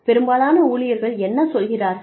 பெரும்பாலான ஊழியர்கள் என்ன சொல்கிறார்கள்